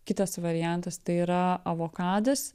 kitas variantas tai yra avokadas